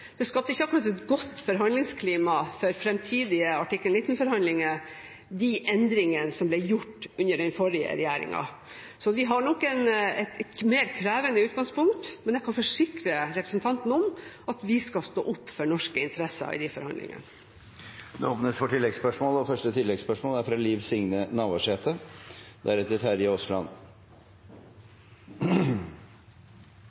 et godt forhandlingsklima for framtidige artikkel 19-forhandlinger, de endringene som ble gjort under den forrige regjeringen. Så vi har nok et mer krevende utgangspunkt, men jeg kan forsikre representanten om at vi skal stå opp for norske interesser i de forhandlingene. Det åpnes for oppfølgingsspørsmål – først Liv Signe Navarsete.